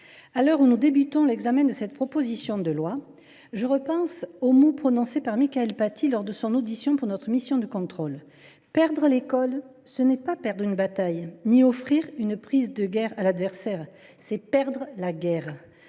à l’heure où nous entamons l’examen de cette proposition de loi, je repense aux mots prononcés par Mickaëlle Paty lors de son audition par notre mission conjointe de contrôle :« Perdre l’école, ce n’est pas perdre une bataille ni offrir une prise de guerre à l’adversaire, c’est perdre la guerre.